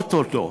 לראות אותו.